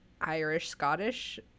Irish-Scottish